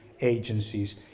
agencies